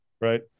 Right